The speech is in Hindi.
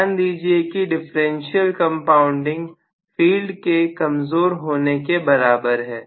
ध्यान दीजिए कि डिफरेंशयल कंपाउंडिंग फील्ड के कमजोर होने के बराबर है